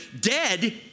dead